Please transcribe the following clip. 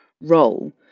role